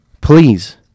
Please